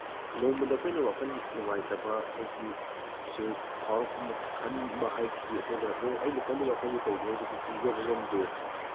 ꯅꯣꯡꯃꯗ ꯑꯩꯈꯣꯏꯅ ꯋꯥꯈꯟ ꯅꯨꯡꯉꯥꯏꯇꯕ ꯑꯩꯈꯣꯏꯒꯤ ꯈꯟꯕ ꯍꯥꯏꯕꯁꯤ ꯑꯩꯈꯣꯏ ꯑꯩꯅ ꯈꯜꯂꯤ ꯋꯥꯈꯟꯁꯦ ꯀꯩꯅꯣꯁꯦ ꯑꯩꯈꯣꯏ ꯈꯟꯖꯕ ꯉꯝꯗꯦꯕ